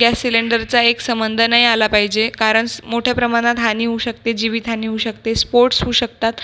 gas सिलेंडरचा एक संबंध नाही आला पाहिजे कारण मोठ्या प्रमाणात हानी होऊ शकते जीवितहानी होऊ शकतेस स्फोट होऊ शकतात